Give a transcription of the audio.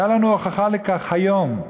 הייתה לנו הוכחה לכך היום.